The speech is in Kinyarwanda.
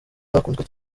zakunzwe